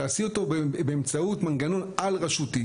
תעשי אותו באמצעות מנגנון על-רשותי",